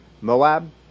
Moab